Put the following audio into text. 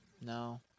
No